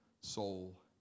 soul